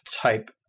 type